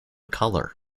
colour